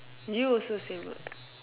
you also same what